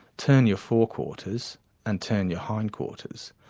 turn your forequarters, and turn your hindquarters.